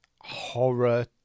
horror